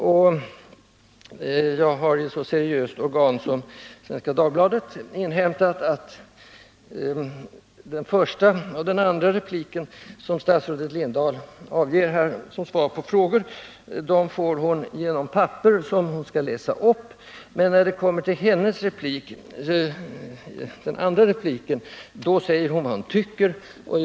I ett så seriöst organ som Svenska Dagbladet har jag då inhämtat att ”svaret” och den första repliken som statsrådet Lindahl avger som svar på frågor får hon på papper som hon läser upp. Men när hon kommer till sin andra replik, då säger hon vad hon själv tycker.